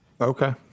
Okay